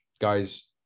guys